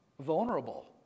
vulnerable